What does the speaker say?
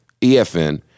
EFN